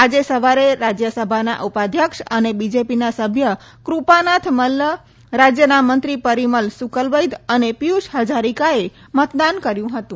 આજે સવારે રાજ્યસભાના ઉપાધ્યક્ષ અને બીજેપીના સભ્ય ક્રપાનાથ મલ્લ રાજ્યના મંત્રી પરીમલ સૂકલ વૈદ્ય અને પિયૂષ હજારીકાએ મતદાન કર્યૂં હતું